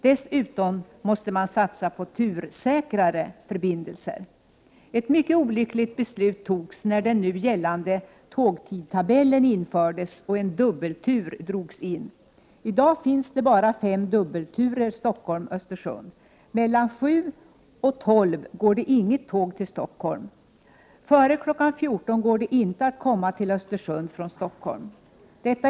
Dessutom måste man satsa på tursäkrare förbindelser. Turtätare och tursäkrare tågförbindelser måste till för att resandefrekvensen skall bli större och för att man därmed på sikt skall kunna åstadkomma större lönsamhet.